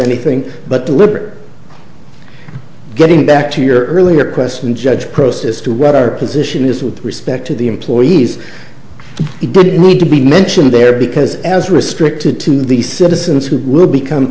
anything but deliberate getting back to your earlier question judge cross as to what our position is with respect to the employees it didn't need to be mentioned there because as restricted to the citizens who would become